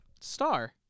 Star